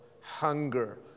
hunger